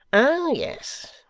oh yes.